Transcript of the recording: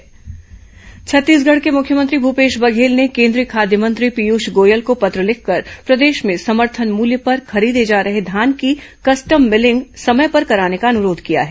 मुख्यमंत्री केंद्रीय मंत्री पत्र छत्तीसगढ़ के मुख्यमंत्री भूपेश बघेल ने केन्द्रीय खाद्य मंत्री पीयूष गोयल को पत्र लिखकर प्रदेश में समर्थन मूल्य पर खरीदे जा रहे धान की कस्टम मिलिंग समय पर कराने का अनुरोध किया है